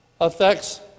affects